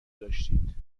داشتید